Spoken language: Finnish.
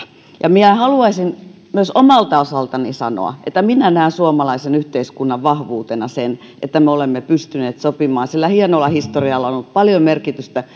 minä haluaisin myös omalta osaltani sanoa että minä näen suomalaisen yhteiskunnan vahvuutena sen että me olemme pystyneet sopimaan sillä hienolla historialla on ollut paljon merkitystä